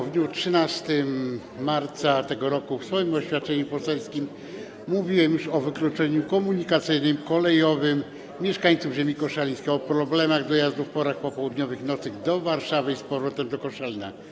W dniu 13 marca tego roku w oświadczeniu poselskim mówiłem już o wykluczeniu komunikacyjnym, kolejowym mieszkańców ziemi koszalińskiej, o problemach z dojazdami w porach popołudniowych i nocnych do Warszawy i z powrotem do Koszalina.